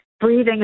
breathing